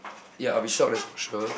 ya I'll be shock that's for sure